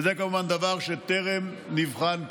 וזה כמובן דבר שטרם נבחן כראוי.